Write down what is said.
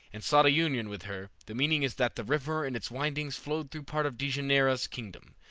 and sought a union with her, the meaning is that the river in its windings flowed through part of dejanira's kingdom.